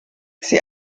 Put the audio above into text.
sie